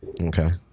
Okay